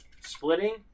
splitting